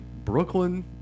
Brooklyn